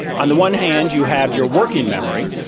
on the one hand, you have your working memory,